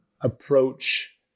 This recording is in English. approach